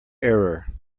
error